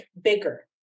bigger